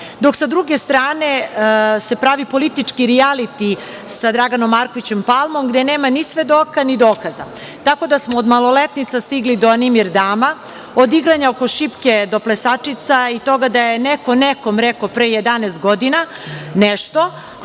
dok sa druge strane se pravi politički rijaliti sa Draganom Markovićem Palmom, gde nema ni svedoka ni dokaza, tako da smo od maloletnica stigli do animir dama, od igranja oko šipke do plesačica i toga da je neko nekome rekao pre 11 godina nešto,